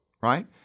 right